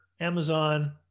Amazon